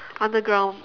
underground